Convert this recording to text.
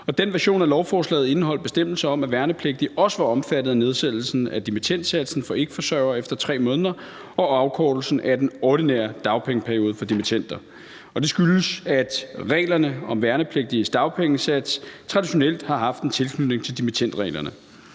den version af lovforslaget indeholdt bestemmelser om, at værnepligtige også var omfattet af nedsættelsen af dimittendsatsen for ikkeforsørgere efter 3 måneder og afkortelsen af den ordinære dagpengeperiode for dimittender. Det skyldes, at reglerne om værnepligtiges dagpengesats traditionelt har haft en tilknytning til dimittendreglerne.